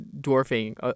dwarfing